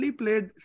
played